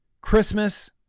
Christmas